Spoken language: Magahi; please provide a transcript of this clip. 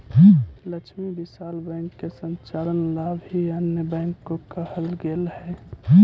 लक्ष्मी विलास बैंक के संचालन ला भी अन्य बैंक को कहल गेलइ हल